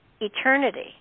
eternity